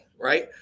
right